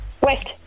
West